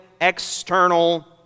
external